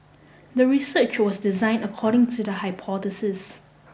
the research was designed according to the hypothesis